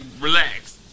relax